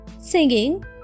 singing